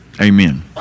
Amen